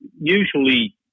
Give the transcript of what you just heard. usually